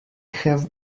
have